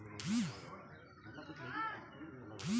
Credit card क code हम भूल गइली ओकर कोई समाधान बा?